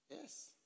Yes